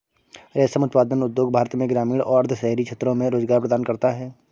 रेशम उत्पादन उद्योग भारत में ग्रामीण और अर्ध शहरी क्षेत्रों में रोजगार प्रदान करता है